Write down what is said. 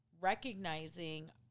recognizing